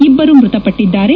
ಇಬ್ಬರು ಮೃತಪಟ್ಟಿದ್ದಾರೆ